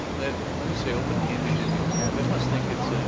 let let me say open image in new tab. it must think it's,